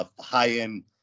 high-end